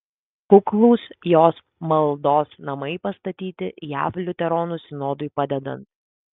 kuklūs jos maldos namai pastatyti jav liuteronų sinodui padedant